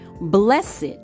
blessed